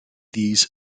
these